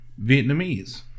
Vietnamese